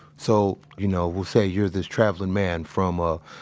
so, you know, we'll say you're this traveling man from, ah,